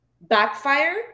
backfire